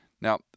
Now